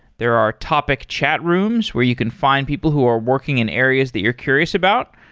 there are topic chat rooms where you can find people who are working in areas that you're curious about,